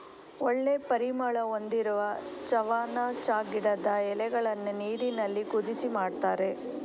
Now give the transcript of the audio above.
ಒಳ್ಳೆ ಪರಿಮಳ ಹೊಂದಿರುವ ಚಾವನ್ನ ಚಾ ಗಿಡದ ಎಲೆಗಳನ್ನ ನೀರಿನಲ್ಲಿ ಕುದಿಸಿ ಮಾಡ್ತಾರೆ